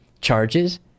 charges